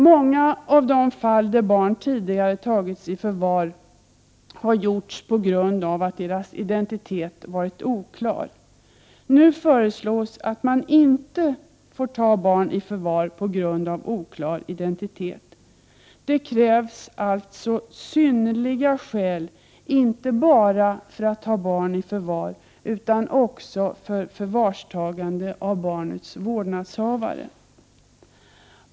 Många av de fall där barn tidigare tagits i förvar har att göra med att barnens identitet varit oklar. Nu föreslås att man inte får ta barn i förvar på grund av oklar identitet. Det krävs alltså synnerliga skäl, inte bara för att ta barn i förvar utan också för förvarstagande av barnets vårdnadshavare.